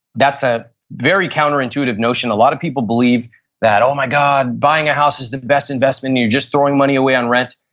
that's a very counterintuitive notion. a lot of people believe that, oh my god, buying a house is the best investment. you're just throwing money away on rent.